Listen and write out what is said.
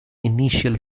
initial